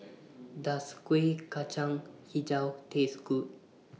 Does Kuih Kacang Hijau Taste Good